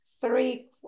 three